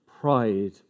pride